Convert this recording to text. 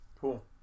Cool